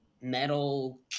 metal